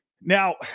Now